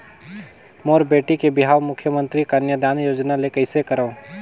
मोर बेटी के बिहाव मुख्यमंतरी कन्यादान योजना ले कइसे करव?